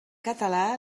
català